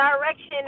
direction